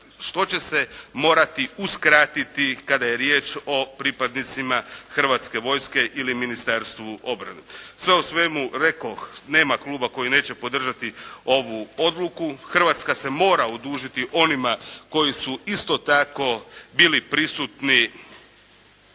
što će se morati uskratiti kada je riječ o pripadnicima Hrvatske vojske ili Ministarstvu obrane. Sve u svemu, rekoh, nema Kluba koji neće podržati ovu odluku. Hrvatska se mora odužiti onima koji su isto tako bili prisutni